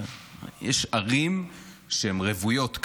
יש ערים שהן רוויות כלבים.